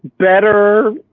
better?